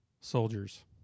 soldiers